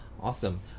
awesome